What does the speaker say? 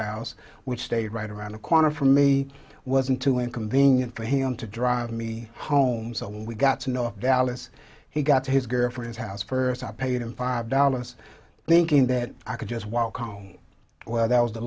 house which stated right around the corner from me wasn't too inconvenient for him to drive me home so we got to know dallas he got to his girlfriend's house first i paid him five dollars thinking that i could just walk home where that was the